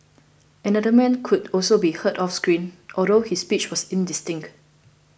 another man could also be heard off screen although his speech was indistinct